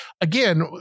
again